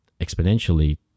exponentially